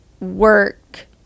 work